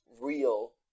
real